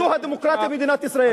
זו הדמוקרטיה במדינת ישראל.